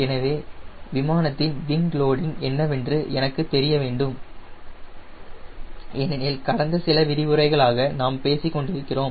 எனவே விமானத்தின் wing loading என்னவென்று எனக்கு தெரிய வேண்டும் ஏனெனில் கடந்த சில விரிவுரைகளாக நாம் பேசிக் கொண்டிருக்கிறோம்